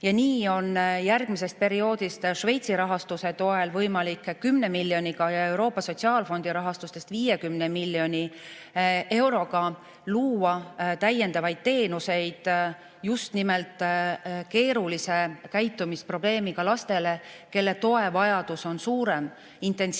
Ja nii on järgmisest perioodist Šveitsi rahastuse toel võimalik 10 miljoniga ja Euroopa Sotsiaalfondi rahastusest 50 miljoni euroga luua täiendavaid teenuseid just nimelt keerulise käitumisprobleemiga lastele, kelle toe vajadus on suurem, intensiivsem